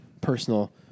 personal